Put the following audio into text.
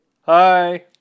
Hi